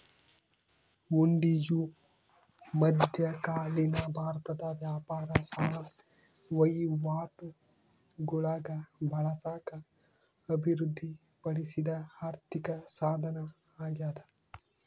ಹುಂಡಿಯು ಮಧ್ಯಕಾಲೀನ ಭಾರತದ ವ್ಯಾಪಾರ ಸಾಲ ವಹಿವಾಟುಗುಳಾಗ ಬಳಸಾಕ ಅಭಿವೃದ್ಧಿಪಡಿಸಿದ ಆರ್ಥಿಕಸಾಧನ ಅಗ್ಯಾದ